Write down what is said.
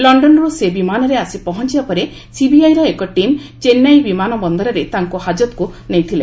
ଲଣ୍ଡନରୁ ସେ ବିମାନରେ ଆସି ପହଞ୍ଚବା ପରେ ସିବିଆଇର ଏକ ଟିମ୍ ଚେନ୍ନାଇ ବିମାନ ବନ୍ଦରରେ ତାଙ୍କୁ ହାଜତକୁ ନେଇଥିଲେ